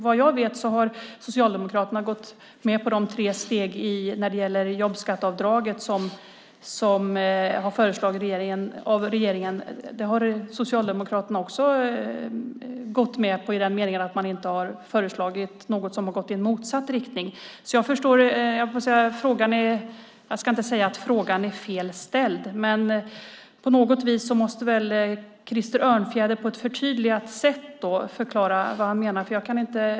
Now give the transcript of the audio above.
Vad jag vet har Socialdemokraterna gått med på regeringens tre steg i jobbskatteavdraget i den meningen att de inte har föreslagit något som har gått i motsatt riktning. Jag ska inte säga att frågan är fel ställd. Men på något vis måste väl Krister Örnfjäder på ett tydligare sätt förklara vad han menar.